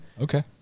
okay